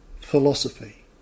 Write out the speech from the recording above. philosophy